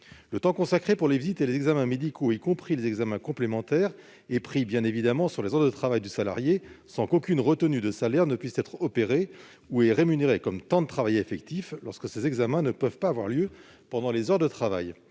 Le temps consacré aux visites et aux examens médicaux, y compris les examens complémentaires, est bien évidemment compris dans les heures de travail du salarié sans qu'aucune retenue de salaire ne puisse être opérée, ou est rémunéré comme temps de travail effectif lorsque ces examens ne peuvent pas avoir lieu pendant les heures de travail.